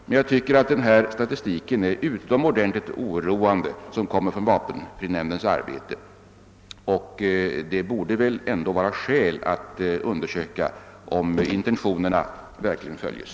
Men jag tycker att statistiken rörande vapenfrinämndens arbete är utomordentligt oroande, och det borde väl ändå vara skäl att undersöka om intentionerna verkligen följs.